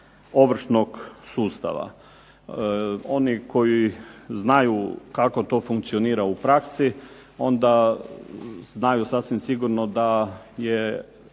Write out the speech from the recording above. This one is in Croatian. Ovršnog sustava. Oni koji znaju kako to funkcionira u praksi onda znaju sasvim sigurno da je